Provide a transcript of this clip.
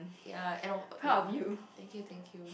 ya and ya thank you thank you